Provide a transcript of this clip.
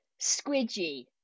squidgy